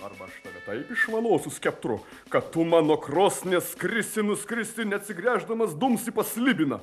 arba aš tave taip išvanosiu skeptru kad tu man nuo krosnies skrisi nuskristi neatsigręždamas dumsi pas slibiną